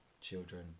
children